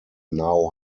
now